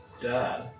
dad